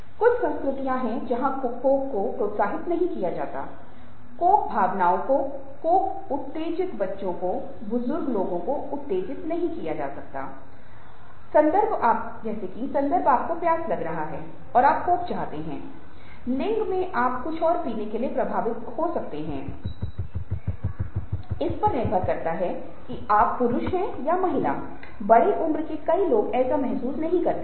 कुछ संस्कृतियां हैं जहां कोक को प्रोत्साहित नहीं किया जाता है कोक भावनाओं को कोक उत्तेजित बच्चों को बुजुर्ग लोगों को उत्तेजित नहीं किया जा सकता है संदर्भ आपको प्यास लग रहा है और आप कोक चाहते हैं लिंग मे आप कुछ और पीने के लिए प्रभावित हो सकते हैं इस पर निर्भर करता है कि क्या आप पुरुष हो या महिला बड़े उम्र के कई लोग ऐसा महसूस नहीं करते हैं